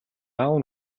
аав